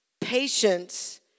Patience